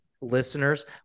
listeners